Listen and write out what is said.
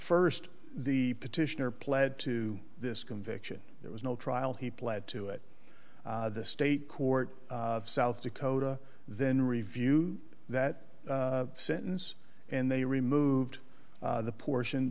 first the petitioner pled to this conviction there was no trial he pled to it the state court of south dakota then review that sentence and they removed the portion